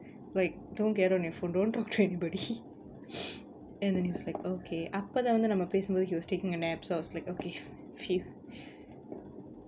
like don't get on your phone don't talk to anybody and then he was like okay அப்ப தா வந்து நம்ம பேசமோது:appa thaa vanthu namma pesamothu he was taking a nap so I was like okay phew